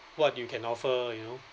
what you can offer you know